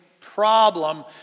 problem